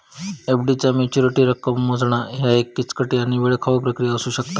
FD चा maturity रक्कम मोजणा ह्या एक किचकट आणि वेळखाऊ प्रक्रिया असू शकता